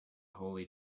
holy